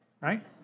right